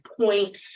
point